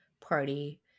party